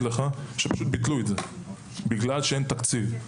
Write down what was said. לך שפשוט ביטלו את זה בגלל שאין תקציב.